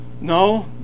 No